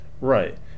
Right